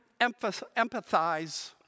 empathize